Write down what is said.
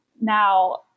now